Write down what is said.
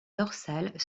dorsale